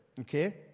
okay